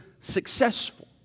successful